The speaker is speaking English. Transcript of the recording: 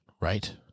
right